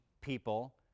people